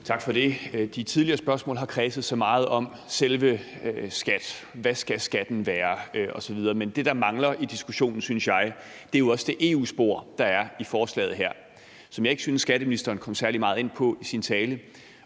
Tak for det. De tidligere spørgsmålet har kredset meget om selve skatten – hvad skatten skal være osv. Men det, der mangler i diskussionen, synes jeg, er også det EU-spor, der er i forslaget her, som jeg ikke synes skatteministeren kom særlig meget ind på i sin tale